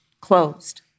closed